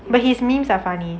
but his memes are funny